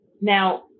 Now